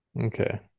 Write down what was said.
Okay